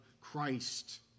Christ